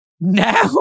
now